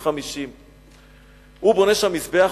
50. הוא בונה שם מזבח,